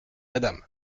madame